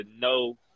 no